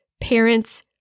parents